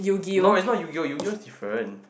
no it's not Yu-Gi-Oh Yu-Gi-Oh is different